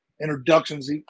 introductions